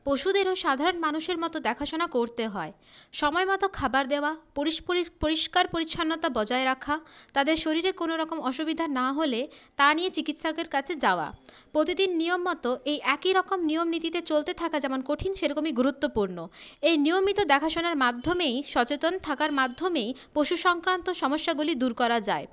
পশুদেরও সাধারণ মানুষের মত দেখাশোনা করতে হয় সময় মত খাবার দেওয়া পরিষ্কার পরিচ্ছন্নতা বজায় রাখা তাদের শরীরে কোনরকম অসুবিধা না হলে তা নিয়ে চিকিৎসকের কাছে যাওয়া প্রতিদিন নিয়ম মত এই একই রকম নিয়মনীতিতে চলতে থাকা যেমন কঠিন সেরকমই গুরুত্বপূর্ণ এই নিয়মিত দেখাশোনার মাধ্যমেই সচেতন থাকার মাধ্যমেই পশু সংক্রান্ত সমস্যাগুলি দূর করা যায়